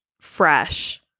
fresh